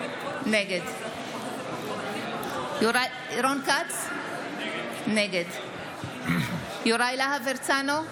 נגד רון כץ, נגד יוראי להב הרצנו,